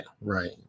right